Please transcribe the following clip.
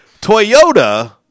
Toyota